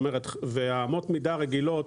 אמות מידה רגילות,